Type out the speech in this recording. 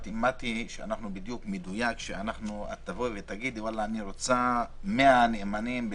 אני רוצה להגיד רק רעיון אחרון,